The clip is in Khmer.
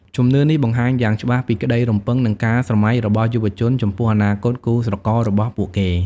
ជំនឿនេះបង្ហាញយ៉ាងច្បាស់ពីក្តីរំពឹង និងការស្រមៃរបស់យុវជនចំពោះអនាគតគូស្រកររបស់ពួកគេ។